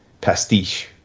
pastiche